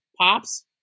pops